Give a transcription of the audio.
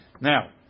Now